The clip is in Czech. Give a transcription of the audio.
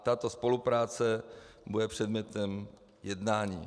Tato spolupráce bude předmětem jednání.